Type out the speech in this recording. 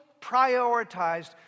prioritized